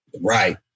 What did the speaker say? Right